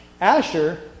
Asher